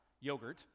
yogurt